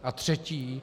A třetí.